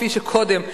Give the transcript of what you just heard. כפי שקודם עשה,